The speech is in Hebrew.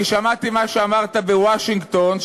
אני שמעתי מה שאמרת בוושינגטון,